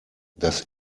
das